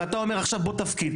ואתה אומר עכשיו - בוא תפקיד.